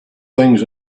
things